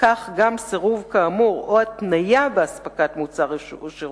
וכך גם סירוב כאמור או התניה בהספקת מוצר או שירות,